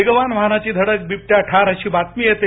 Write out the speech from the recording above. वेगवान वाहनाची धडक बिबट्या ठार अशी बातमी येते